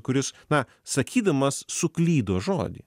kuris na sakydamas suklydo žodį